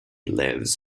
lives